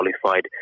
qualified